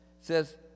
says